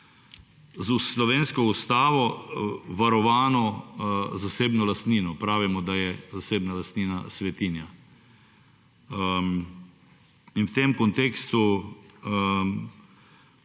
s slovensko ustavo varovano zasebno lastnino. Pravimo, da je zasebna lastnina svetinja. In v tem kontekstu